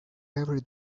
every